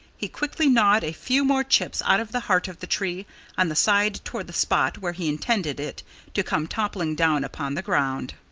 he quickly gnawed a few more chips out of the heart of the tree on the side toward the spot where he intended it to come toppling down upon the ground.